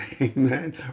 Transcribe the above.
Amen